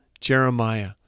Jeremiah